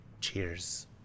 Cheers